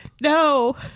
No